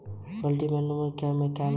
Manometer से क्या नापते हैं?